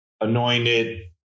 anointed